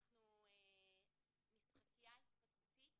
יש לנו משחקיה התפתחותית